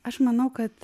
aš manau kad